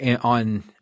on –